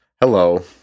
Hello